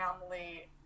family